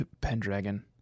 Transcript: Pendragon